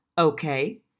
okay